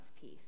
peace